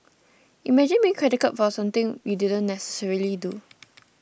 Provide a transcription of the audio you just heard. imagine being credited for something you do necessarily do